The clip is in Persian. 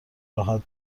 راحت